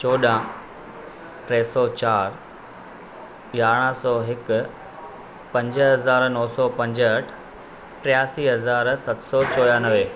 चोॾहं टे सौ चारि यारहं सौ हिकु पंज हज़ार नो सौ पंजहठि टेयासी हज़ार सत सौ चोरानवे